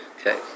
okay